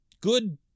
good